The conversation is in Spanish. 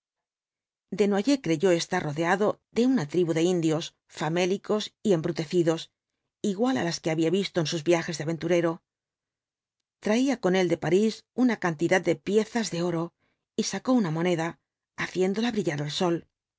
desnoyers creyó estar rodeado de una tribu de indios famélicos y embrutecidos igual á las que había visto en sus viajes de aventurero traía con él deslos cuatro jinbtbs dhl apooaumi de parís una cantidad de piezas de oro y sacó una moneda haciéndola brillar al sol